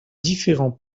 différents